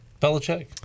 Belichick